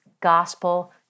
gospel